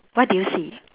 what do you see